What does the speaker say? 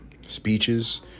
speeches